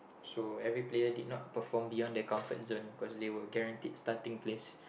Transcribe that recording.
so every player did not perform beyond their comfort zone because they were guaranteed starting place